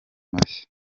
mashya